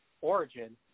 origin